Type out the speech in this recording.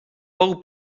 fou